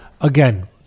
again